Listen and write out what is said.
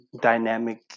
dynamic